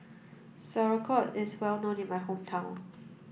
sauerkraut is well known in my hometown